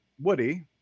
Woody